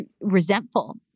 resentful